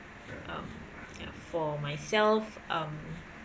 um ya for myself um